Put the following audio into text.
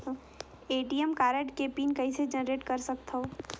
ATM card के PIN कइसे generate कर सकथव?